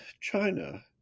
China